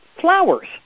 flowers